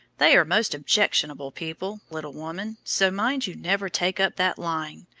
they are most objectionable people, little woman, so mind you never take up that line,